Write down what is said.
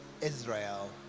Israel